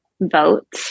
vote